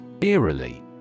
Eerily